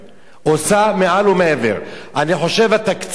אני חושב שהתקציב ששמה ממשלת ישראל